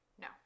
No